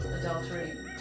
adultery